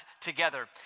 together